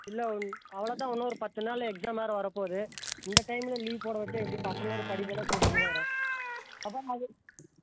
இல்லை ஒன்றும் அவ்வளோ தான் இன்னும் ஒரு பத்து நாளில் எக்ஸாம் வேறு வர போகுது இந்த டைமில் லீவ் போட வைச்சா எப்படி பசங்களோட படிப்பெல்லாம் கெடுது வேறு அதான் நாங்களே